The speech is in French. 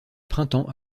printemps